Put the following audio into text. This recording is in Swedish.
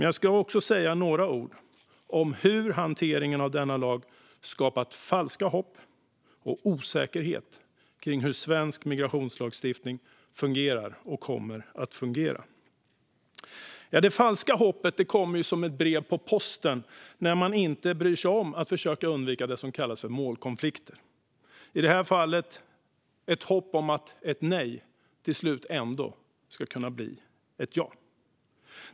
Jag ska dock också säga några ord om hur hanteringen av denna lag skapat falska hopp och osäkerhet kring hur svensk migrationslagstiftning fungerar och kommer att fungera. Det falska hoppet kommer som ett brev på posten när man inte bryr sig om att försöka undvika det som kallas för målkonflikter, i det här fallet ett hopp om att ett nej till slut ändå ska kunna bli ett ja.